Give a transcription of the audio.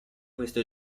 questo